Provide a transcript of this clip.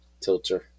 tilter